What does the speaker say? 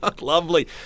Lovely